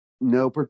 no